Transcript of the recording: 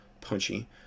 punchy